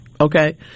Okay